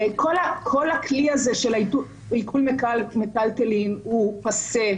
כל הכלי הזה של העיקול מיטלטלין הוא פאסה,